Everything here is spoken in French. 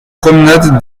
promenade